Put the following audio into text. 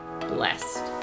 blessed